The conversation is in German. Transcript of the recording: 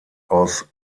aus